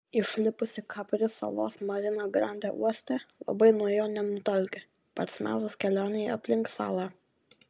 išlipusi kapri salos marina grande uoste labai nuo jo nenutolki pats metas kelionei aplink salą